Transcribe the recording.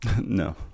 No